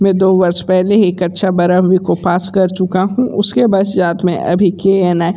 मैं दो वर्ष पहले ही कक्षा बारहवीं को पास कर चुका हूँ उसके पश्चात में अभी के एन आई